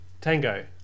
Tango